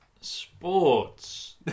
Sports